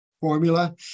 formula